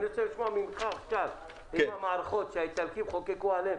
אני רוצה לשמוע ממך עכשיו על אותן מערכות שהאיטלקים חוקקו עליהן,